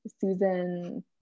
Susan